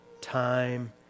time